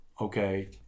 okay